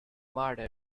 marthe